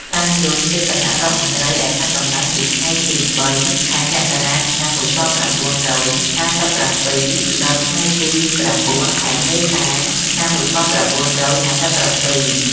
សាន យុន ជាគណៈរដ្ឋមន្ត្រីដែលកាន់តំណែងពីថ្ងៃទី ៣ ខែមករា ឆ្នាំ១៩៥៧ ដល់ថ្ងៃទី ៩ ខែមេសា ឆ្នាំ១៩៥៧។